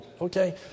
okay